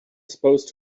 supposed